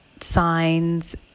signs